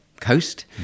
Coast